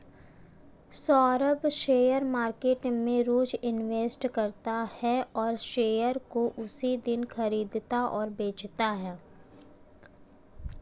Saurabh share market में रोज investment करता है और शेयर को उसी दिन खरीदता और बेचता है